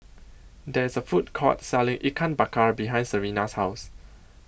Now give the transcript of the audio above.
There IS A Food Court Selling Ikan Bakar behind Serena's House